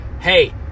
Hey